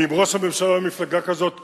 אם ראש הממשלה הוא ממפלגה כזאת כן,